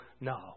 no